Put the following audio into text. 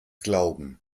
glauben